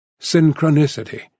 Synchronicity